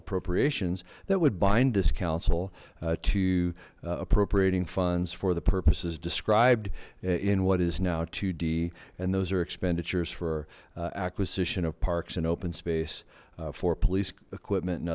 appropriations that would bind this council to appropriating funds for the purposes described in what is now d and those are expenditures for acquisition of parks and open space for police equipment and